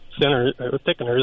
thickeners